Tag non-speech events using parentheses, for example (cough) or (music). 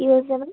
(unintelligible)